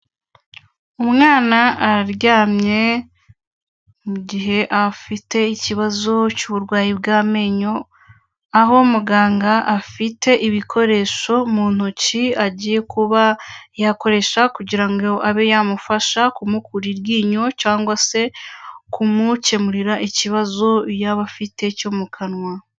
Umwana araryamye mu gihe afite ikibazo cy'uburwayi bw'amenyo, aho muganga afite ibikoresho mu ntoki agiye kuba yakoresha kugira ngo abe yamufasha kumukura iryinyo cyangwa se kumukemurira ikibazo yaba afite cyo mu kanwa.